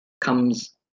comes